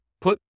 put